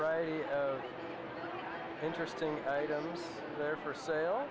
right interesting there for sale